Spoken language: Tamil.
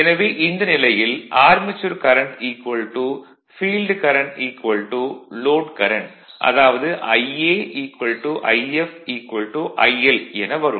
எனவே இந்த நிலையில் armature current field current load current அதாவது Ia If IL என வரும்